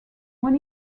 when